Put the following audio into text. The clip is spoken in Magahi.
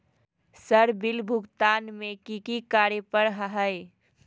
सर बिल भुगतान में की की कार्य पर हहै?